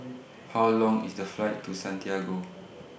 How Long IS The Flight to Santiago